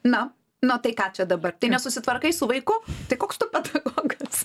na na tai ką čia dabar tai nesusitvarkai su vaiku tai koks tu pedagogas